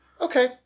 Okay